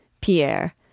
Pierre